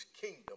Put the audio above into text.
kingdom